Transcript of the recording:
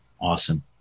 Awesome